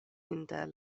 inter